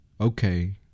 Okay